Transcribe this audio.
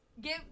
give